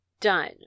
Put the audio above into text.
done